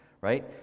right